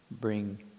bring